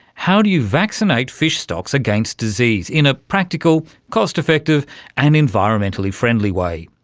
how do you vaccinate fish stocks against disease in a practical, cost-effective and environmentally friendly way?